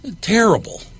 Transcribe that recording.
terrible